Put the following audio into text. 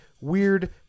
weird